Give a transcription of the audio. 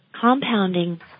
compounding